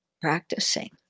practicing